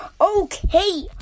okay